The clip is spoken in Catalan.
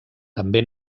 també